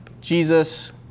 Jesus